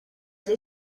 did